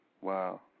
Wow